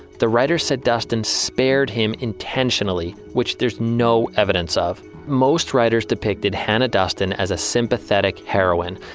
the writer said duston spared him intentionally which there's no evidence of. most writers depicted hannah duston as a sympathetic heroine.